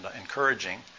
encouraging